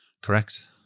Correct